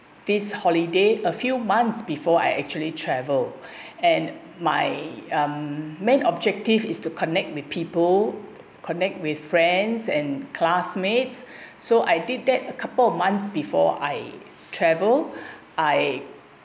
this holiday a few months before I actually travel and my um main objective is to connect with people connect with friends and classmates so I did that a couple of months before I travel I